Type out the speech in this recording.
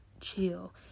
chill